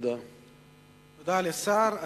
תודה לשר.